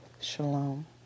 Shalom